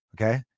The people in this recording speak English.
Okay